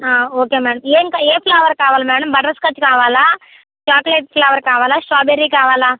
ఆ okay madam ఏం కా ఏ ఫ్లేవర్ కావాలి మేడం బట్టర్ స్కాచ్ కావాలా చాక్లెట్ ఫ్లేవర్ కావాలా స్ట్రాబెర్రీ కావాలా